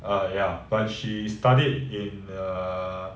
err ya but she studied in err